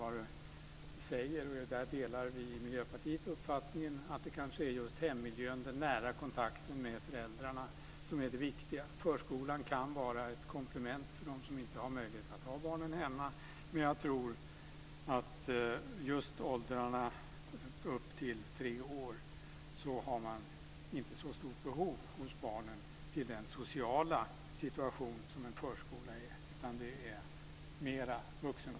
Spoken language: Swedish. Vi i Miljöpartiet delar uppfattningen att det är hemmiljön och den nära kontakten med föräldrarna som är det viktiga. Förskolan kan vara ett komplement för dem som inte har möjlighet att vara hemma med barnen. Barn upp till tre år har inte så stort behov av den sociala situation som förskolan erbjuder.